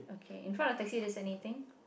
K in front of the taxi there's anything